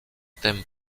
thème